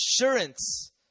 assurance